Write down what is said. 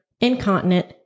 incontinent